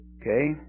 Okay